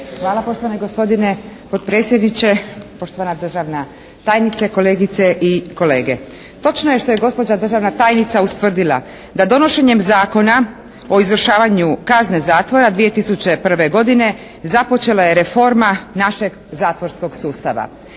Hvala poštovani gospodine potpredsjedniče. Poštovana državna tajnice, kolegice i kolege. Točno je što je gospođa državna tajnica ustvrdila da donošenjem Zakona o izvršavanju kazne zatvora 2001. godine započela je reforma našeg zatvorskog sustava.